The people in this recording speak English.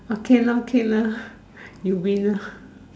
okay lor okay lor you win lor